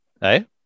hey